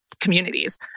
communities